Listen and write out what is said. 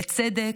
לצדק,